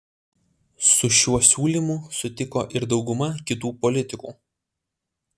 su šiuo siūlymu sutiko ir dauguma kitų politikų